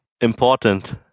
important